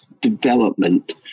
development